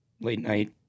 late-night